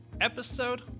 episode